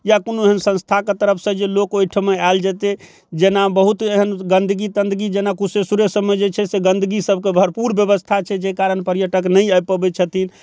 या कोनो एहन संस्थाके तरफसँ जे लोक ओइठमा आयल जेतै जेना बहुत एहन गन्दगी तन्दगी जेना कुशेशरे सबमे जे छै गन्दगी सबके भरपूर व्यवस्था छै जाहि कारण पर्यटक नहि आबि पबै छथिन